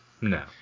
no